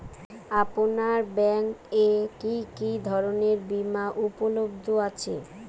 আপনার ব্যাঙ্ক এ কি কি ধরনের বিমা উপলব্ধ আছে?